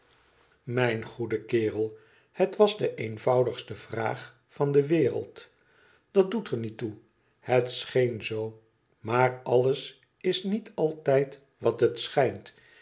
mijn goede kerel het was de eenvoudigste vraag van de wereld dat doet er niet toe het scheen zoo maar alles is niet altijd wat het schijnt